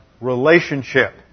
relationship